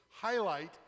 highlight